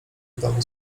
domu